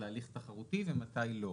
להליך תחרותי, ומתי לא.